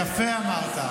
יפה אמרת.